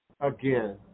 again